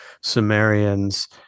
Sumerians